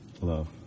love